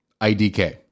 IDK